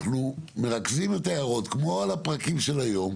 אנחנו מרכזים את ההערות כמו על הפרקים של היום.